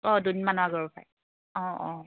অঁ দুদিনমানৰ আগৰ পৰাই অঁ অঁ